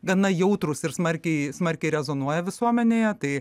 gana jautrūs ir smarkiai smarkiai rezonuoja visuomenėje tai